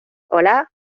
hola